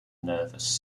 nervous